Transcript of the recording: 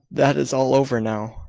that is all over now.